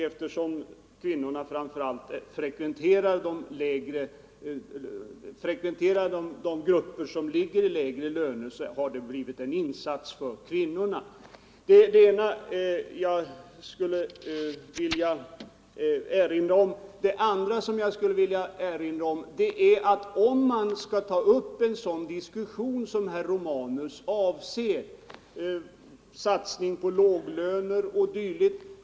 Eftersom kvinnorna framför allt frekventerar de grupper som har lägre löner har det blivit en insats för kvinnorna. För det andra: En sådan diskussion som herr Romanus avser — om satsning på låglöner o. d.